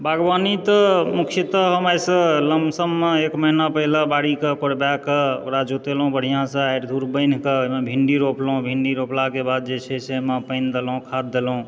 बागवानी तऽ मुख्यतः हम आइसँ लमसममे एक महिना पहिले बाड़ी कऽ कोरबाए कऽ ओकरा जोतेलहुँ बढ़िआँसँ आरि धूर बान्हिकऽ ओहिमे भिन्डी रोपलहुँ भिन्डी रोपलाके बाद जे छै से ओहिमे पानि देलहुँ खाद्य देलहुँ